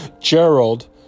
Gerald